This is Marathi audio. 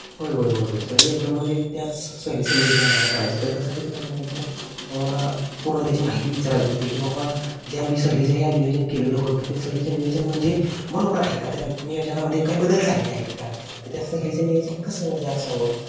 होय होय होय होय सर एकदम म्हणजे त्याच सहलीचं नियोजन आम्हाला करायचं होतं त्यासाठीच आम्ही म्हणजे तुम्हाला पूर्ण त्याची माहिती विचारायची होती की बाबा ज्या आम्ही सहलीचं ह्या नियोजन केलेलं होतं ते सहलीचं नियोजन म्हणजे बरोबर आहे का त्या नियोजनामध्ये काय बदल झालेले आहेत का तर त्या सहलीचं नियोजन कसं म्हणजे असावं